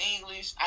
English